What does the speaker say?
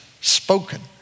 spoken